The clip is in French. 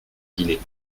dîner